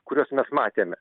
kuriuos mes matėme